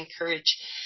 encourage